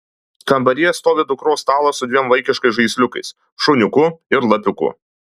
kambaryje stovi dukros stalas su dviem vaikiškais žaisliukais šuniuku ir lapiuku